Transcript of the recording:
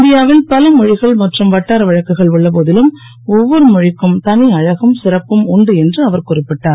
இந்தியாவில் பல மொழிகள் மற்றும் வட்டார வழக்குகள் உள்ள போதிலும் ஒவ்வொரு மொழிக்கும் தனி அழகும் சிறப்பும் உண்டு என்று அவர் குறிப்பிட்டார்